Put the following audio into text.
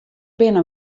binne